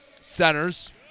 centers